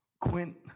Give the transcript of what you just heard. Quint